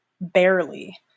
barely